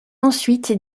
ensuite